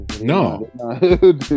no